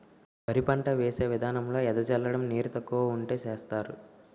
వరి పంట వేసే విదానంలో ఎద జల్లడం నీరు తక్కువ వుంటే సేస్తరు